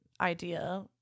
idea